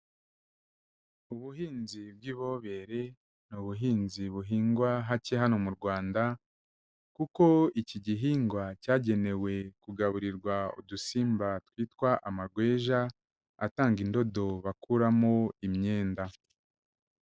Ubuhinzi bw'ibobere ni ubuhinzi buhingwa hake hano mu Rwanda kuko iki gihingwa cyagenewe kugaburirwa udusimba twitwa amagweja atanga indodo bakuramo imyenda.